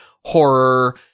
horror